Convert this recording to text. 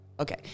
Okay